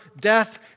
death